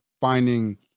finding